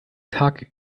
tag